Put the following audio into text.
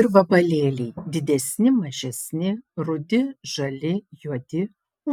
ir vabalėliai didesni mažesni rudi žali juodi